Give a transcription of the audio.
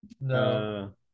No